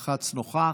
שלחץ "נוכח".